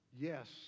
Yes